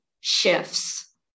shifts